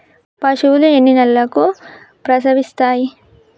పశువులు ఎన్ని నెలలకు ప్రసవిస్తాయి?